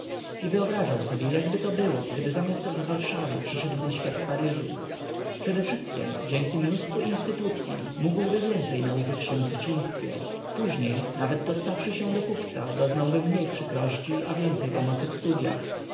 i wyobrażał sobie jakbyto było gdyby zamiast w warszawie przyszedł na świat w paryżu przedewszystkiem dzięki mnóstwu instytucyj mógłby więcej nauczyć się w dzieciństwie później nawet dostawszy się do kupca doznałby mniej przykrości a więcej pomocy w studyach